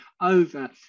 over